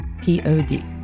P-O-D